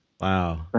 Wow